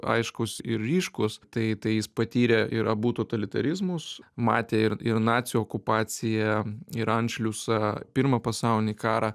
aiškūs ir ryškūs tai tai jis patyrė ir abu totalitarizmus matė ir ir nacių okupaciją ir anšliusą pirmą pasaulinį karą